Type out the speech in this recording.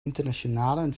internationalen